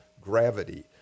gravity